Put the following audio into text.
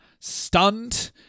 stunned